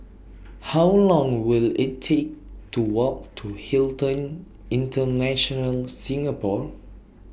How Long Will IT Take to Walk to Hilton International Singapore